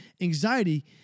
anxiety